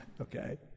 Okay